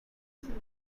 seat